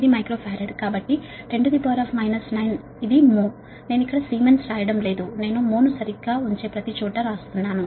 ఇది micro farad కాబట్టి 10 6 ఇది మొ నేను ఇక్కడ Siemens రాయడం లేదు నేను మొ ను సరిగ్గా ఉంచాల్సిన ప్రతిచోటా రాస్తున్నాను